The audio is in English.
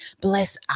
bless